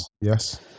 yes